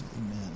Amen